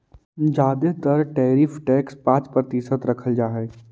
जादे तर tariff tax पाँच प्रतिशत रखल जा हई